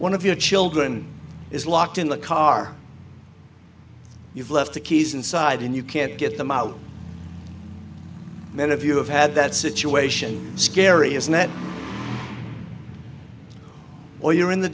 one of your children is locked in the car you've left the keys inside and you can't get them out many of you have had that situation scary as net or you're in the